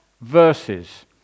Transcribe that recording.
verses